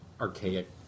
archaic